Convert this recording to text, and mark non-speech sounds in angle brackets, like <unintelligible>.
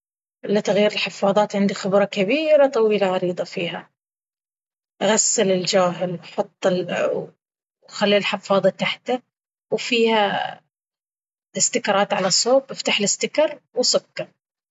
إلا تغيير الحفاضات عندي خبرة كبيرة طويلة عريضة فيها. غسل الجاهل حط <unintelligible> خلي الحفاضة تحته وفيها الستيكرات على صوب افتح الستيكر وصك.